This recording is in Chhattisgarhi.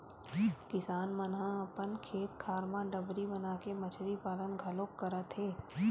किसान मन ह अपन खेत खार म डबरी बनाके मछरी पालन घलोक करत हे